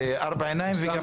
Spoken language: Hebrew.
-- בארבע עיניים וגם בשידור.